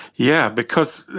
yeah because